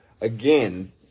again